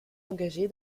engagé